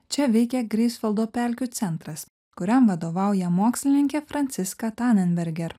čia veikia greifsvaldo pelkių centras kuriam vadovauja mokslininkė franciska tanenberger energija